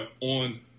on